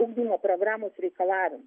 ugdymo programos reikalavimus